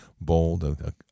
bold